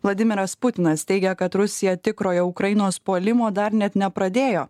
vladimiras putinas teigia kad rusija tikrojo ukrainos puolimo dar net nepradėjo